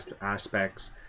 aspects